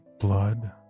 blood